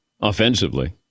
offensively